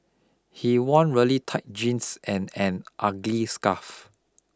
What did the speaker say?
he wore really tight jeans and an ugly scarf